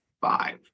five